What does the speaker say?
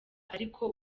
ariko